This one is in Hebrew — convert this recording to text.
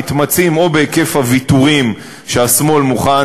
מתמצים או בהיקף הוויתורים שהשמאל מוכן